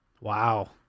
Wow